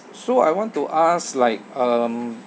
so I want to ask like um